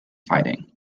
fighting